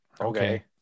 Okay